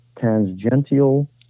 tangential